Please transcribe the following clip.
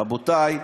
רבותי,